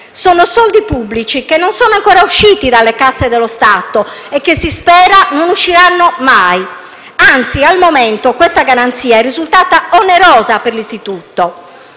Sono soldi pubblici che non sono ancora usciti dalle casse dello Stato e che si spera non usciranno mai. Anzi, al momento questa garanzia è risultata onerosa per l'istituto.